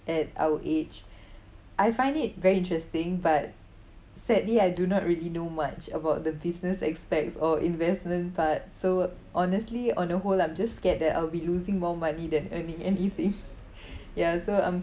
at our age I find it very interesting but sadly I do not really know much about the business aspects or investment part so honestly on a whole I'm just scared that I'll be losing more money than earning anything ya so um